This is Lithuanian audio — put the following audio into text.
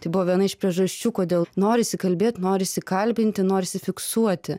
tai buvo viena iš priežasčių kodėl norisi kalbėt norisi kalbinti norisi fiksuoti